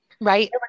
right